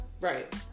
Right